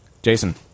Jason